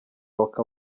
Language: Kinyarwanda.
waka